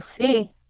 see